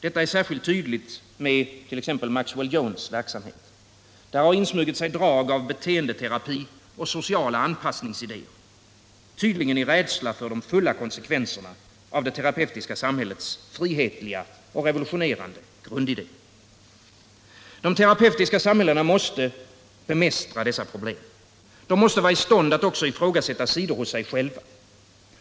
Detta är särskilt tydligt med t.ex. Maxwell Jones verksamhet. Där har insmugit sig drag av beteendeterapi och sociala anpassningsidéer — tydligen i rädsla för de fulla konsekvenserna av det terapeutiska samhällets frihetliga och revolutionerande grundidé. De terapeutiska samhällena måste bemästra dessa problem. De måste vara i stånd att också ifrågasätta sidor hos sig själva.